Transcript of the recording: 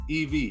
EV